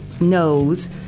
knows